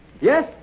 Yes